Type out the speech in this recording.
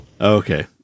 Okay